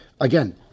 again